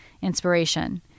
inspiration